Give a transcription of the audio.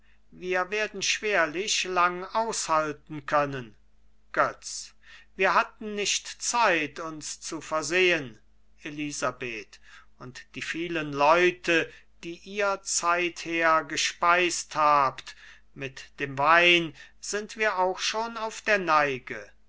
wir werden schwerlich lang aushalten können götz wir hatten nicht zeit uns zu versehen elisabeth und die vielen leute die ihr zeither gespeist habt mit dem wein sind wir auch schon auf der neige